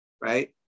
right